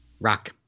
rock